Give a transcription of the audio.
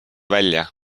välja